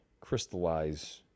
crystallize